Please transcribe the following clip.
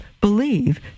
believe